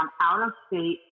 out-of-state